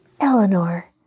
Eleanor